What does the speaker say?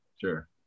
sure